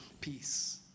Peace